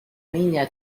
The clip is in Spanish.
niña